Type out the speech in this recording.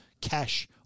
cash